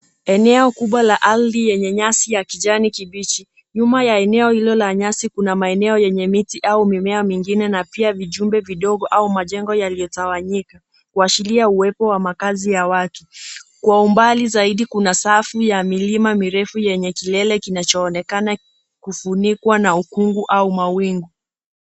Eneo kubwa la ardhi yenye nyasi ya kijani kibichi. Nyuma ya eneo hilo la nyasi kuna maeneo yenye miti au mimea mingine, na pia vijumba vidogo au majengo yaliyotawanyika, kuashiria uwepo wa makazi ya watu. Kwa umbali zaidi, kuna safu ya milima mirefu yenye kilele kinachoonekana kufunikwa na ukungu au mawingu.